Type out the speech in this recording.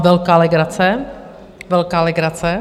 Velká legrace, velká legrace!